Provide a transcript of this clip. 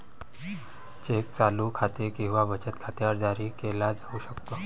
check चालू खाते किंवा बचत खात्यावर जारी केला जाऊ शकतो